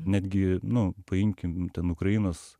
netgi nu paimkim ten ukrainos